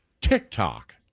TikTok